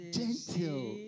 gentle